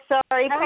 Sorry